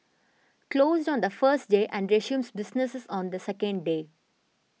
closed on the first day and resumes business on the second day